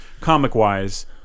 comic-wise